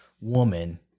woman